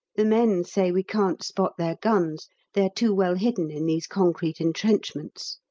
the men say we can't spot their guns they are too well hidden in these concrete entrenchments.